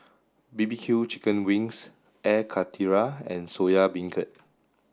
B B Q chicken wings Air Karthira and Soya Beancurd